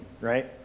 right